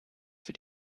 für